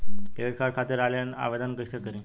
Credit card खातिर online आवेदन कइसे करि?